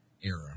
era